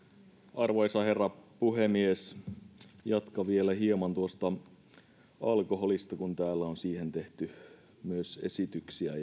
arvoisa herra puhemies jatkan vielä hieman tuosta alkoholista kun täällä on siihen liittyen tehty myös esityksiä